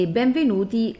benvenuti